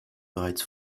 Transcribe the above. bereits